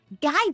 guide